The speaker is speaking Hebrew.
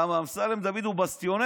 למה, אמסלם דוד הוא בסטיונר,